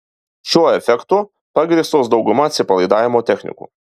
šiuo efektu pagrįstos dauguma atsipalaidavimo technikų